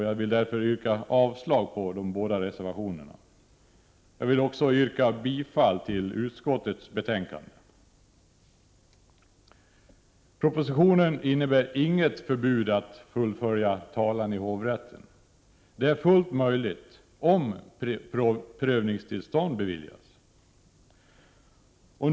Jag vill därför yrka avslag på de båda reservationerna och bifall till utskottets hemställan. Propositionen innebär inget förbud att fullfölja talan i hovrätten. Det är fullt möjligt om prövningstillstånd beviljas.